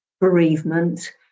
bereavement